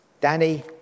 Danny